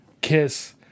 kiss